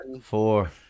four